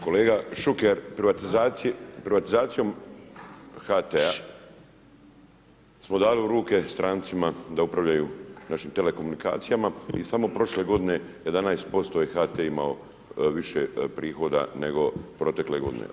Kolega Šuker, privatizacijom HT-a smo dali u rike strancima da upravljaju našim telekomunikacijama i samo prošle godine 11% je HT imao više prihoda nego protekle godine.